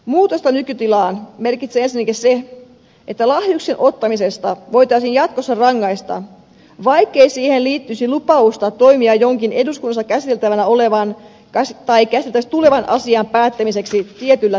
muutosta nykytilaan merkitsee ensinnäkin se että lahjuksen ottamisesta voitaisiin jatkossa rangaista vaikkei siihen liittyisi lupausta toimia jonkin eduskunnassa käsiteltävänä olevan tai käsiteltäväksi tulevan asian päättämiseksi tietyllä tavalla